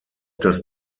das